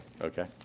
okay